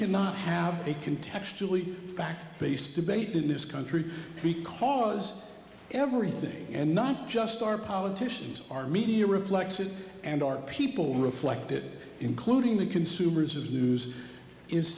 cannot have they can textually fact based debate in this country because everything and not just our politicians our media reflects it and our people reflect it including the consumers of news is